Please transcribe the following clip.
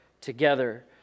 together